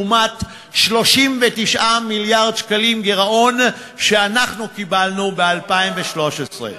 לעומת 39 מיליארד שקלים גירעון שאנחנו קיבלנו ב-2013.